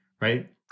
right